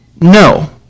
No